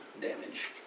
damage